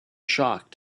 shock